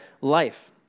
life